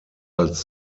als